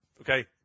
Okay